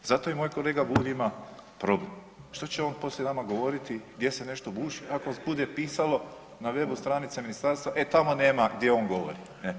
Zato i moj kolega Bulj ima problem što će on nama poslije govoriti gdje se nešto buši ako bude pisalo na webu stranice ministarstva e tamo nema gdje on govori.